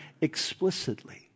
explicitly